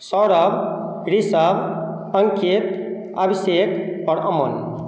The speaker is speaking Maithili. सौरभ ऋषभ अंकित अभिषेक आओर अमन